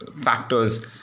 factors